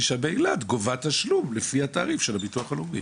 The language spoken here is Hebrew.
גובה תשלום לפי התעריף של הביטוח הלאומי?